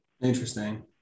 Interesting